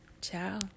Ciao